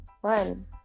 one